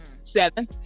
seven